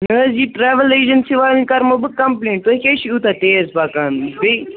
نہٕ حظ یہِ ٹرٛیوٕل اٮ۪جٮ۪نسی والٮ۪ن کَرمو بہٕ کَمپٕلینٛٹ تُہۍ کیٛازِ چھُ یوٗتاہ تیز پَکان بیٚیہِ